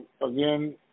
again